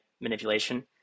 manipulation